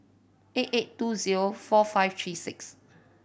eight eight two zero four five three six